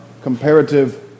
comparative